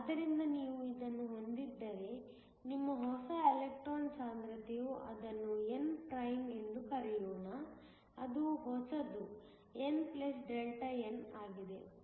ಆದ್ದರಿಂದ ನೀವು ಇದನ್ನು ಹೊಂದಿದ್ದರೆ ನಿಮ್ಮ ಹೊಸ ಎಲೆಕ್ಟ್ರಾನ್ ಸಾಂದ್ರತೆಯು ಅದನ್ನು n ಪ್ರೈಮ್ ಎಂದು ಕರೆಯೋಣ ಅದು ಹೊಸದು n Δn ಆಗಿದೆ